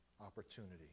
opportunity